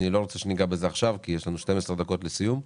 אני לא רוצה שניגע בו עכשיו כי יש שלנו 12 דקות לסיום הדיון.